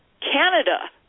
Canada